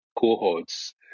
cohorts